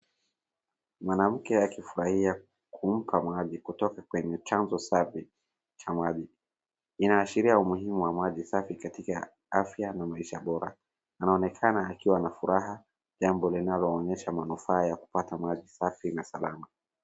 Mwanamke akifurahia kumpa maji kutoka kwenye chanzo safi cha maji. Inaashiria umuhimu wa maji safi katika afya na maisha bora. Anaonekana akiwa na furaha, jambo linaloonyesha manufaa ya kupata maji safi na salama.